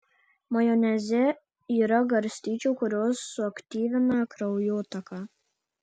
majoneze yra garstyčių kurios suaktyvina kraujotaką